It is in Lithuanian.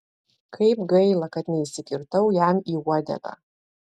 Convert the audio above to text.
kaip gaila kad neįsikirtau jam į uodegą